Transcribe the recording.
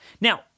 Now